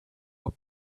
were